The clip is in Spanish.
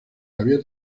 había